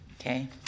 Okay